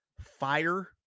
fire